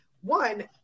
one